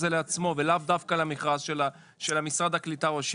לעצמו ולא דווקא למכרז של משרד הקליטה והשיכון.